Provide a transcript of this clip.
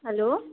hello